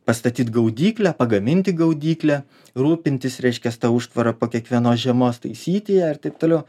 pastatyt gaudyklę pagaminti gaudyklę rūpintis reiškias ta užtvara po kiekvienos žiemos taisyti ją ir taip toliau